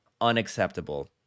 unacceptable